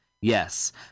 Yes